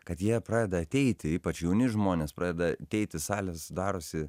kad jie pradeda ateiti ypač jauni žmonės pradeda ateiti salės darosi